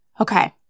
Okay